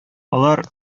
алар